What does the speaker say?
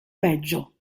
peggio